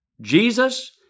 Jesus